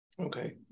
Okay